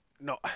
no